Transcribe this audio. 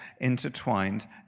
intertwined